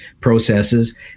processes